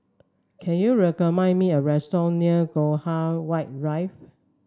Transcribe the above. can you me a restaurant near Graham White Rive